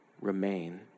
Remain